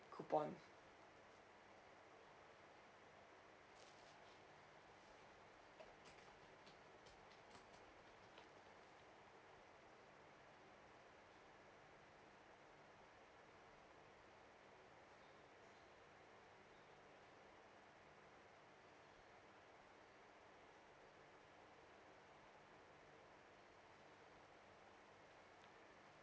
coupon